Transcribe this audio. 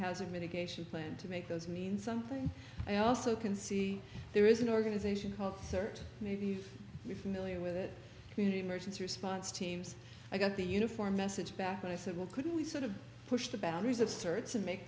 mitigation plan to make those mean something i also can see there is an organization called cert maybe if you're familiar with it community emergency response teams i got the uniform message back when i said well could we sort of push the boundaries of certs and make